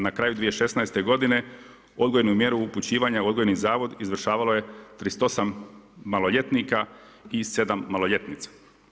Na kraju 2016. godine odgojnu mjeru upućivanja u odgojni zavod izvršavalo je 38 maloljetnika i 7 maloljetnica.